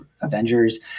Avengers